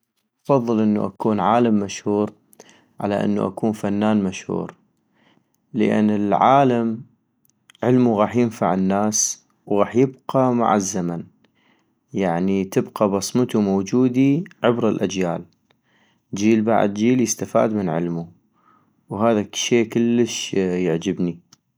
افضل انو اكون عالم مشهور على انو اكون فنان مشهور - لان العالم علمو غاح ينفع الناس وغاح يبقى مع الزمن ، يعني تبقى بصمتو موجودي عبر الاجيال، جيل بعد جيل يستفاد من علمو ، وهذا الشئ كلش يعجبني